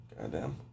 Goddamn